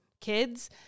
kids